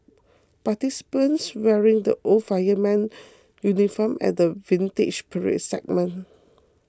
participants wearing the old fireman's uniform at the Vintage Parade segment